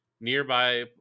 Nearby